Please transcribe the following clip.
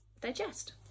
digest